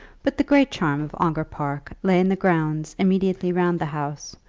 but the great charm of ongar park lay in the grounds immediately round the house,